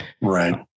Right